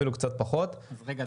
אפילו קצת פחות --- רגע,